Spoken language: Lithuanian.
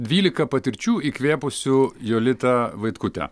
dvylika patirčių įkvėpusių jolitą vaitkutę